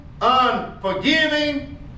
unforgiving